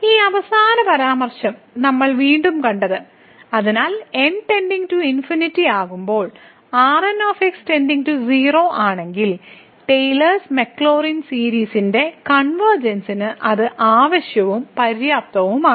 ഈ അവസാന പരാമർശം നമ്മൾ വീണ്ടും കണ്ടത് അതിനാൽ ആകുമ്പോൾ ആണെങ്കിൽ ടെയിലേഴ്സ് മക്ലോറിൻ സീരീസിന്റെ കൺവെർജൻസിന് അത് ആവശ്യവും പര്യാപ്തവുമാണ്